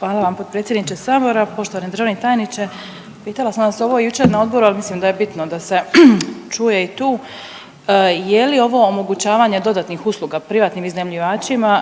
Hvala vam potpredsjedniče sabora. Poštovani državni tajniče. Pitala sam vas ovo jučer na odboru, ali mislim da je bitno da se čuje i tu, je li ovo omogućavanje dodatnih usluga privatnim iznajmljivačima